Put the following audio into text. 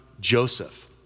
Joseph